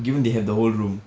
given they have the whole room